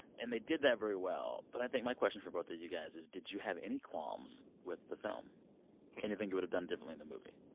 and they did that very well. but i think my question for both of you guys is, did you have any qualms with the film anything you would've done differently the movie?